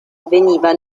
avveniva